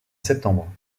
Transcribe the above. septembre